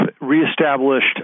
reestablished